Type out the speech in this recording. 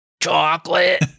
Chocolate